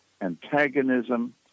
antagonism